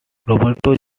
roberto